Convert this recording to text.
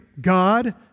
God